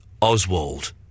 Oswald